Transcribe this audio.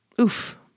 Oof